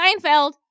Seinfeld